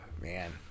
Man